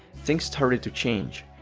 things started to change.